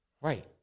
Right